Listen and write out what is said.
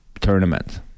tournament